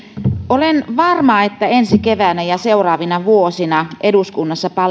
olen varma että ensi keväänä ja seuraavina vuosina eduskunnassa